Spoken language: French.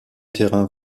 terrain